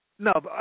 No